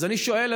אז אני שואל,